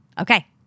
Okay